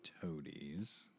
toadies